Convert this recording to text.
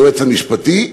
והיועץ המשפטי,